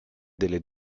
delle